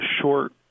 short